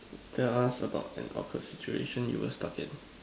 tell us about an awkward situation you were stuck in